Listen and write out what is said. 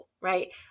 right